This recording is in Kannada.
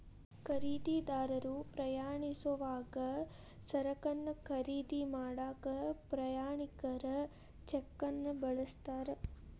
ಖರೇದಿದಾರರು ಪ್ರಯಾಣಿಸೋವಾಗ ಸರಕನ್ನ ಖರೇದಿ ಮಾಡಾಕ ಪ್ರಯಾಣಿಕರ ಚೆಕ್ನ ಬಳಸ್ತಾರ